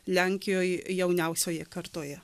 lenkijoj jauniausioje kartoje